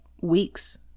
weeks